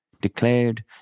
declared